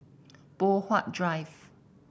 Poh Huat Drive